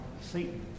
Satan